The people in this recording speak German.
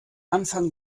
anfang